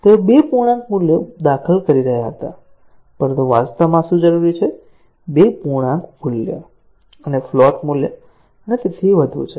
તેઓ 2 પૂર્ણાંક મૂલ્યો દાખલ કરી રહ્યા હતા પરંતુ વાસ્તવમાં શું જરૂરી છે 2 પૂર્ણાંક મૂલ્ય અને ફ્લોટ મૂલ્ય અને તેથી વધુ છે